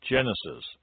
Genesis